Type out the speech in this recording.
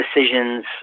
decisions